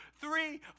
three